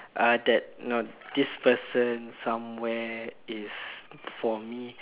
uh that know this person somewhere is for me